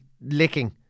licking